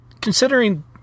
considering